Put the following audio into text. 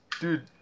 Dude